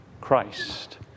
Christ